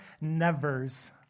nevers